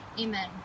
Amen